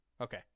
Okay